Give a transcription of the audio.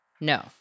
no